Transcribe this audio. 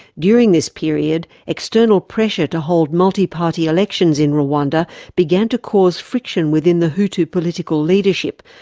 during this period, external pressure to hold multiparty elections in rwanda began to cause friction within the hutu political leadership,